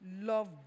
love